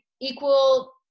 equal